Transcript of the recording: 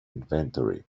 inventory